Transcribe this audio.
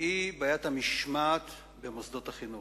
והיא בעיית המשמעת במוסדות החינוך.